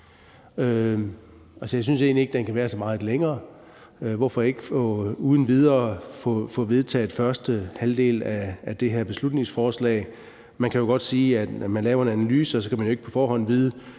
Jeg synes egentlig ikke, den kan være så meget længere. Hvorfor ikke uden videre få vedtaget første halvdel af det her beslutningsforslag? Man kan godt sige, at når man laver en analyse, kan man jo ikke på forhånd vide,